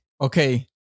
Okay